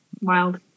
wild